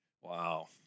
Wow